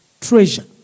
treasure